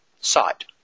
site